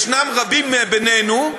יש רבים בינינו,